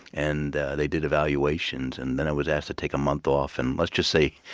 and they did evaluations, and then i was asked to take a month off. and let's just say,